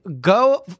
go